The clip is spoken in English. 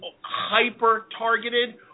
hyper-targeted